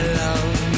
love